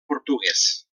portuguès